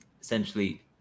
essentially